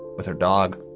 with her dog.